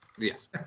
Yes